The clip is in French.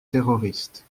terroristes